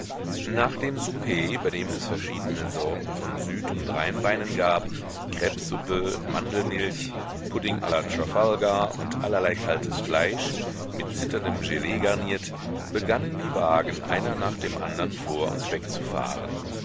nach dem souper bei dem es verschiedene sorten von süd und rheinweinen gab krebssuppe mandelmilch pudding la trafalgar und allerlei kaltes fleisch mit zitterndem gelee garniert begannen die wagen einer nach dem andern vor und wegzufahren